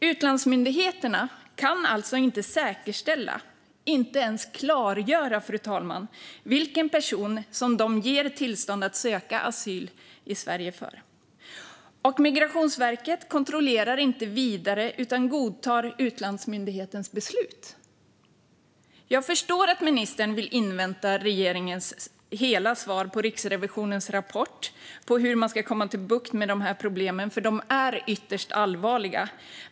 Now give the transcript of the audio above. Utlandsmyndigheterna kan alltså inte säkerställa, inte ens klargöra, vilken person som de ger tillstånd att söka asyl. Migrationsverket kontrollerar inte vidare utan godtar utlandsmyndigheternas beslut. Jag förstår att ministern vill invänta regeringens hela svar på Riksrevisionens rapport på hur man ska få bukt med problemen. De är ytterst allvarliga.